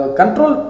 control